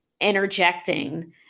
interjecting